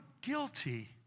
guilty